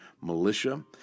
militia